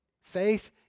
faith